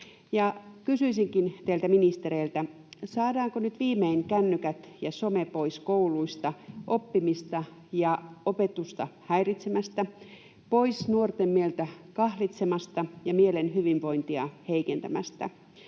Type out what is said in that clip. Kysyisinkin teiltä ministereiltä: Saadaanko nyt viimein kännykät ja some pois kouluista oppimista ja opetusta häiritsemästä, pois nuorten mieltä kahlitsemasta ja mielen hyvinvointia heikentämästä?